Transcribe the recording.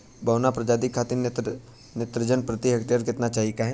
बौना प्रजाति खातिर नेत्रजन प्रति हेक्टेयर केतना चाही?